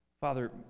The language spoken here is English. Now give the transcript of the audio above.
father